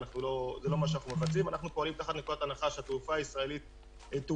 אנחנו פועלים מנקודת הנחה שתעופה ישראלית